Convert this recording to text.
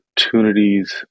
opportunities